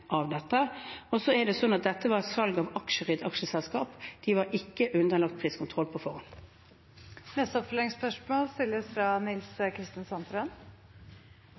av dette. Så er det slik at dette var et salg av aksjer i et aksjeselskap. De var ikke underlagt priskontroll på forhånd. Nils Kristen Sandtrøen – til oppfølgingsspørsmål.